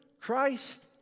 Christ